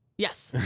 yes.